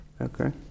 okay